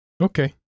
Okay